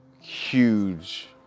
huge